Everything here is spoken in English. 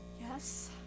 Yes